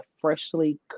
freshly